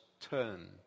turned